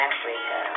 Africa